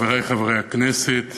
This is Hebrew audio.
חברי חברי הכנסת,